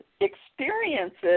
experiences